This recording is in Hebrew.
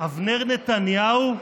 אבנר נתניהו,